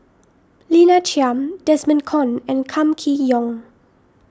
Lina Chiam Desmond Kon and Kam Kee Yong